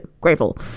grateful